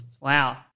Wow